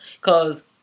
Cause